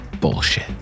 bullshit